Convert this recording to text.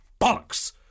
bollocks